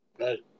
Right